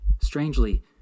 Strangely